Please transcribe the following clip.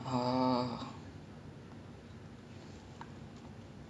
ya so அங்க இருந்து ஆரம்பிச்சு:anga irunthu aarambichu then started like got introduced to piano